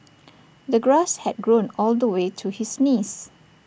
the grass had grown all the way to his knees